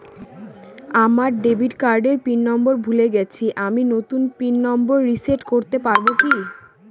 আমার ডেবিট কার্ডের PIN number ভুলে গেছি আমি নূতন পিন নম্বর রিসেট করতে পারবো কি?